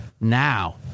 now